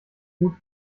gut